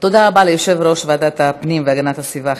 תודה רבה ליושב-ראש ועדת הפנים והגנת הסביבה,